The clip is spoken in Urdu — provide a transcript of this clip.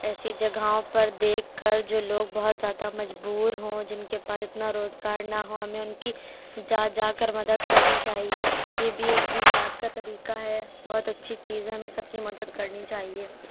ایسی جگہوں پر دیکھ کر جو لوگ بہت زیادہ مجبور ہوں جن کے پاس اتنا روزگار نہ ہو ہمیں ان کی جا جا کر مدد کرنی چاہیے یہ بھی ایک دینیات کا طریقہ ہے بہت اچھی چیز ہے ہمیں سب کی مدد کرنی چاہیے